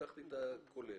לקחתי את הסך הכולל.